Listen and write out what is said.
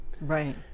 Right